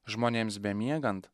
žmonėms bemiegant